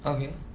okay